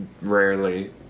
rarely